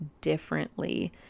differently